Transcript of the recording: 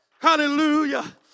Hallelujah